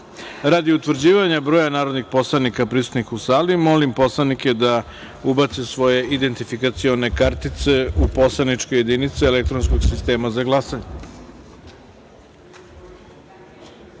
utvrđivanja broja narodnih poslanika prisutnih sali, molim poslanike da ubace svoje identifikacione kartice u poslaničke jedinice elektronskog sistema za